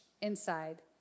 inside